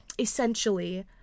essentially